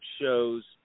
shows